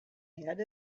head